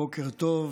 בוקר טוב,